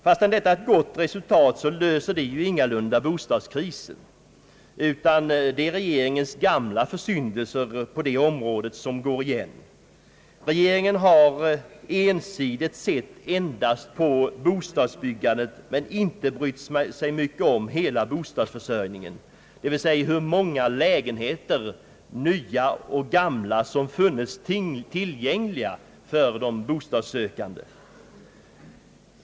Fastän detta är ett gott resultat löser det ju ingalunda bostadskrisen, utan det är regeringens gamla försyndelser på detta område som går igen. Regeringen har ensidigt sett endast på bostadsbyggandet men inte brytt sig om hela bostadsförsörjningen, d. v. s. hur många lägenheter, nya och äldre, som funnits tillgängliga för de bostadssökande.